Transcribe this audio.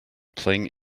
playing